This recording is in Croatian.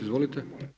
Izvolite.